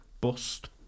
bust